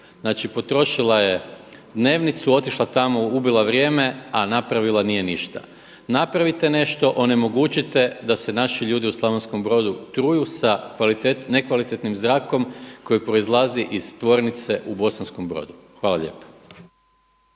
Znači potrošila je dnevnicu, otišla tamo, ubila vrijeme, a napravila nije ništa. Napravite nešto, onemogućite da se naši ljudi u Slavonskom Brodu truju sa nekvalitetnim zrakom koji proizlazi iz tvornice u Bosanskom Brodu. Hvala lijepo.